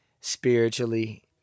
spiritually